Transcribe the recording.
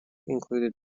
included